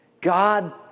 God